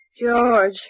George